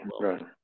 right